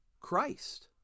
Christ